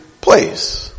place